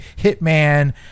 hitman